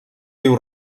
diu